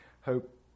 hope